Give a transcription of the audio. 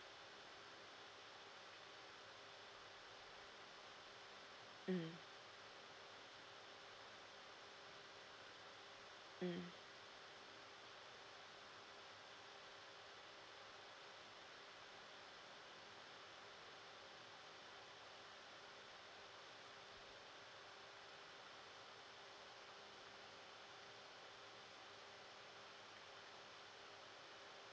mm mm